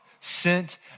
sent